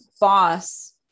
boss